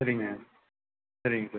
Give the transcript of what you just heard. சரிங்க சரிங்க சார்